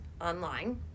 online